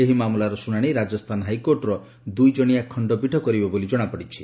ଏହି ମାମଲାର ଶୁଣାଣି ରାଜସ୍ଥାନ ହାଇକୋର୍ଟର ଦୁଇଜଣିଆ ଖଣ୍ଡପୀଠ କରିବେ ବୋଲି ଜଣାପଡ଼ିଛି